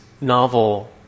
novel